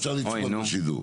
אפשר לצפות בשידור.